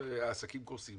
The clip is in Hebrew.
עסקים קורסים,